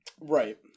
Right